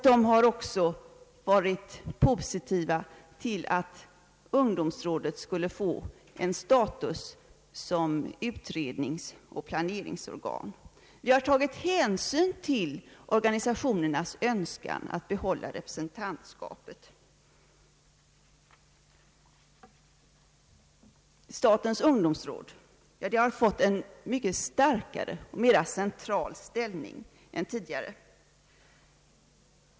De har också varit positiva till att rådet skulle få status som utredningsoch planeringsorgan. Vi har vidare tagit hänsyn till organisationernas önskan att behålla representantskapet. Statens ungdomsråd har fått en mycket starkare och mera central ställning än tidigare.